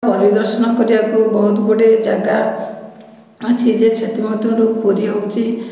ପରିଦର୍ଶନ କରିବାକୁ ବହୁତଗୁଡ଼ିଏ ଜାଗା ଅଛି ଯେ ସେଥିମଧ୍ୟରୁ ପୁରୀ ହେଉଛି